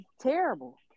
terrible